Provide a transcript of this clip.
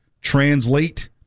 Translate